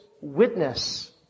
witness